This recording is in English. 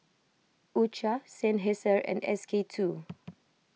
U Cha Seinheiser and S K two